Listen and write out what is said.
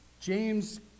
James